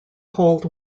cold